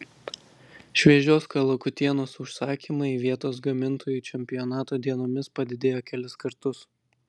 šviežios kalakutienos užsakymai vietos gamintojui čempionato dienomis padidėjo kelis kartus